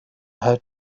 her